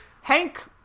Hank